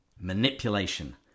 Manipulation